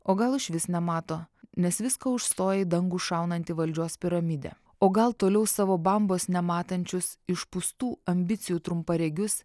o gal išvis nemato nes viską užstoja į dangų šaunanti valdžios piramidė o gal toliau savo bambos nematančius išpūstų ambicijų trumparegius